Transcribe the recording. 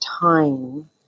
time